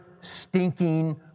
stinking